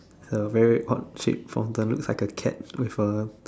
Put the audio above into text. uh very odd shape from the looks like a cat with a